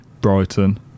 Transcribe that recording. Brighton